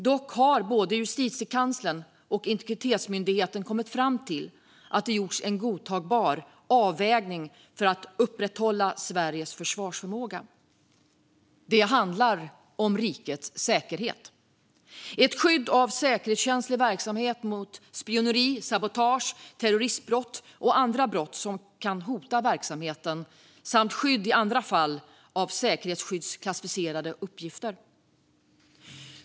Dock har både Justitiekanslern och Integritetsskyddsmyndigheten kommit fram till att det har gjorts en godtagbar avvägning för att upprätthålla Sveriges försvarsförmåga. Det handlar om rikets säkerhet och om skydd av säkerhetskänslig verksamhet mot spioneri, sabotage, terroristbrott och andra brott som kan hota verksamheten samt skydd i andra fall av säkerhetsskyddsklassificerade uppgifter.